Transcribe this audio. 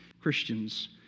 Christians